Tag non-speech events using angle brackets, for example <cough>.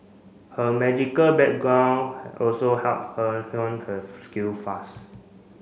her magical background also helped her <unintelligible> her skill fast